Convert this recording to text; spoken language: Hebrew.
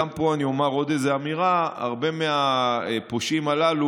גם פה אני אומר עוד איזו אמירה: הרבה מהפושעים הללו